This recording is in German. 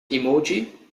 emoji